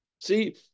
See